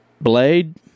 blade